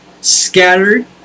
scattered